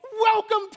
Welcome